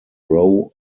row